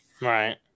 Right